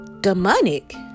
demonic